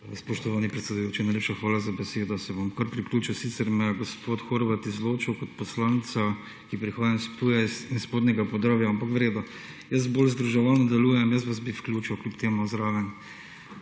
Spoštovani predsedujoči, najlepša hvala za besedo. Se bom kar priključil, sicer me je gospod Horvat izločil kot poslanca, ki prihajam iz Ptuja, iz spodnjega Podravja, ampak v redu, jaz bolj združevalno delujem, jaz vas bi vključil, kljub temu, zraven,